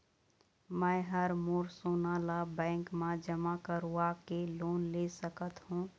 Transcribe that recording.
मैं हर मोर सोना ला बैंक म जमा करवाके लोन ले सकत हो?